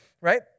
right